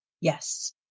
Yes